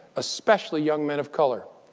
especially young men of color.